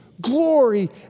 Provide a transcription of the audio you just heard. glory